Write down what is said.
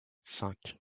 cinq